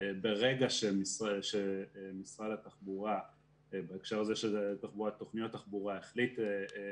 ברגע שמשרד התחבורה בהקשר הזה של תוכניות עשה